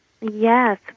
Yes